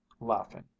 laughing